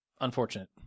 unfortunate